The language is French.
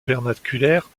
vernaculaire